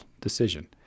decision